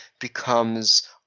becomes